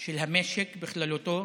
של המשק בכללותו,